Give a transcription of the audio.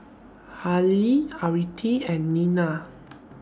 Haley Aretha and Ninnie